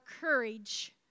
courage